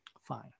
Fine